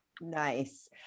Nice